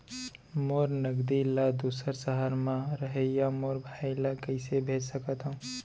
मोर नगदी ला दूसर सहर म रहइया मोर भाई ला कइसे भेज सकत हव?